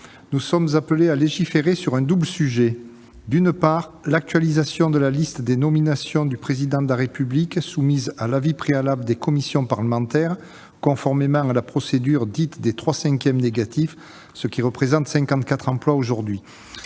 nous sommes appelés aujourd'hui à légiférer sur un double sujet : d'une part, l'actualisation de la liste des nominations du Président de la République soumises à l'avis préalable des commissions parlementaires, conformément à la procédure dite « des trois cinquièmes négatifs », ce qui représente 54 emplois aujourd'hui